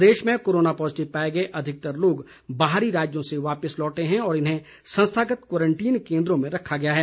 प्रदेश में corona positive पाए गए अधिकतर लोग बाहरी राज्यों से वापिस लौटे हैं और इन्हें संस्थागत क्वारंटीन केन्द्रों में रखा गया था